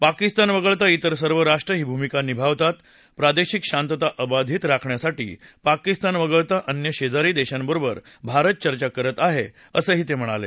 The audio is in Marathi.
पाकिस्तान वगळता इतर सर्व राष्ट्र ही भूमिका निभावतात प्रादेशिक शांतता अबाधित राखण्यासाठी पाकिस्तान वगळता अन्य शेजारी देशांबरोबर भारत चर्चा करत आहे असं ते म्हणाले